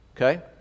okay